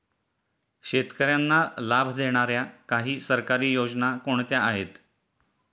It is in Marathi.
शेतकऱ्यांना लाभ देणाऱ्या काही सरकारी योजना कोणत्या आहेत?